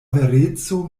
vereco